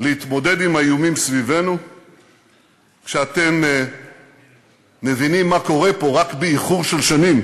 להתמודד עם האיומים סביבנו כשאתם מבינים מה קורה פה רק באיחור של שנים?